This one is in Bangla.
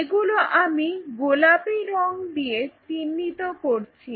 এগুলো আমি গোলাপি রং দিয়ে চিহ্নিত করছি